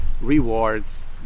rewards